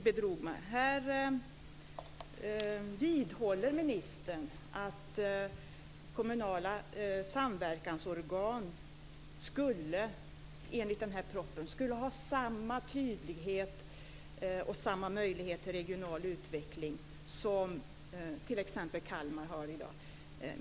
Ministern vidhåller att kommunala samverkansorgan enligt denna proposition skulle ha samma tydlighet och samma möjligheter till regional utveckling som t.ex. Kalmar har i dag.